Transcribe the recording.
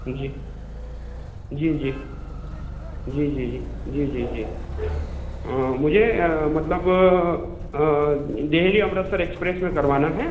जी जी जी जी जी जी जी जी मुझे मतलब देहली अमृतसर एक्सप्रेस में करवाना है